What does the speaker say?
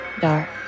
dark